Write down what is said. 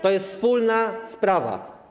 To jest wspólna sprawa.